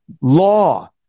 law